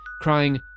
crying